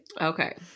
Okay